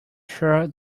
sure